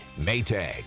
Maytag